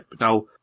Now